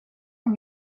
can